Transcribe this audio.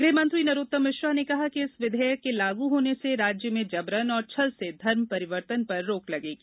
गृह मंत्री नरोत्तम मिश्रा ने कहा कि इस विधेयक के लागू होने से राज्य में जबरन और छल से धर्म परिवर्तन पर रोक लगेगी